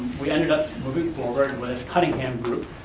we ended up moving forward with cuningham group.